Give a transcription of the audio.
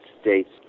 States